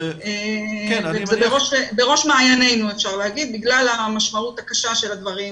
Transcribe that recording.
אפשר לומר שזה בראש מעייננו בגלל המשמעות הקשה של הדברים.